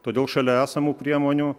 todėl šalia esamų priemonių